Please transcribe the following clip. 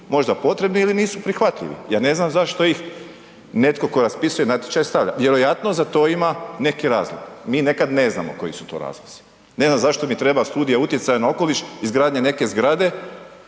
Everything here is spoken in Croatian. možda potrebni ili nisu prihvatljivi, ja ne znam zašto ih netko tko raspisuje natječaje stavlja, vjerojatno za to ima neki razlog. Mi nekad ne znamo koji su to razlozi. Ne znam zašto mi treba studija utjecaja na okoliš, izgradnja neke zgrade